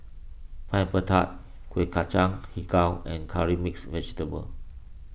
Pineapple Tart Kueh Kacang HiJau and Curry Mixed Vegetable